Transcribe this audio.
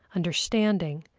understanding,